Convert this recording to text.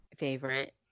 Favorite